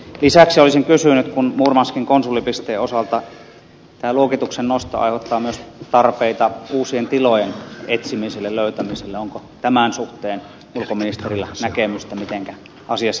lisäksi olisin kysynyt kun murmanskin konsulipisteen osalta tämä luokituksen nosto aiheuttaa myös tarpeita uusien tilojen etsimiselle löytämiselle onko tämän suhteen ulkoministerillä näkemystä mitenkä asiassa tullaan etenemään